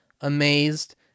amazed